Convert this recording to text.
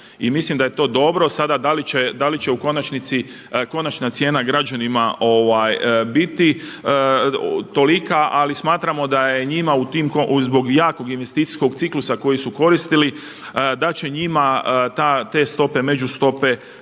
mislim da je to dobro. Sada da li će u konačnici konačna cijena građanima biti tolika, ali smatramo da je njima zbog jakog investicijskog ciklusa koji su koristili da će njima te stope, međustope